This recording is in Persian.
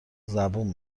زبون